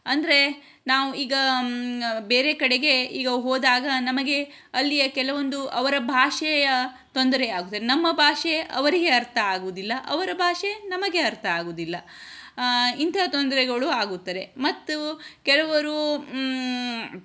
ಅಂದರೆ ನಾವು ಈಗ ಬೇರೆ ಕಡೆಗೆ ಈಗ ಹೋದಾಗ ನಮಗೆ ಅಲ್ಲಿಯ ಕೆಲವೊಂದು ಅವರ ಭಾಷೆಯ ತೊಂದರೆ ಆಗುತ್ತದೆ ನಮ್ಮ ಭಾಷೆ ಅವರಿಗೆ ಅರ್ಥ ಆಗುವುದಿಲ್ಲ ಅವರ ಭಾಷೆ ನಮಗೆ ಅರ್ಥ ಆಗುವುದಿಲ್ಲ ಇಂಥ ತೊಂದರೆಗಳು ಆಗುತ್ತದೆ ಮತ್ತು ಕೆಲವರು